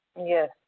Yes